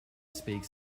speak